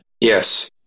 Yes